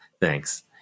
Thanks